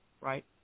right